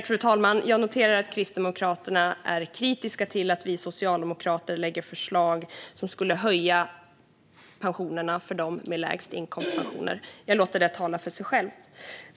Fru talman! Jag noterar att Kristdemokraterna är kritiska till att vi socialdemokrater lägger fram förslag som skulle höja pensionerna för dem med lägst inkomstpensioner. Jag låter det tala för sig självt.